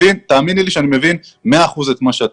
תאמיני לי שאני מבין במאה אחוזים את מה שאת